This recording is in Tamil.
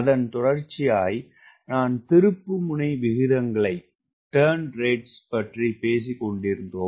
அதன் தொடர்ச்சியாய் நாம் திருப்புமுனை விகிதங்களைப் பற்றியும் பேசிக் கொண்டிருந்தோம்